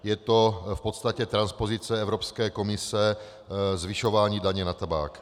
Je to v podstatě transpozice evropské směrnice, zvyšování daně na tabák.